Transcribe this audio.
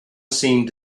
seemed